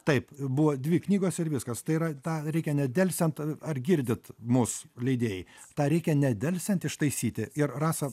taip buvo dvi knygos ir viskas tai yra tą reikia nedelsiant ar girdit mus leidėjai tą reikia nedelsiant ištaisyti ir rasa